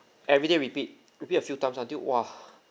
everyday repeat repeat a few times until !wah!